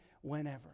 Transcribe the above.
whenever